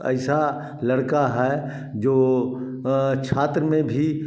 ऐसा लड़का है जो छात्र में भी